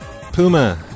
Puma